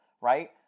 Right